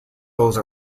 those